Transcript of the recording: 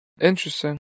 Interesting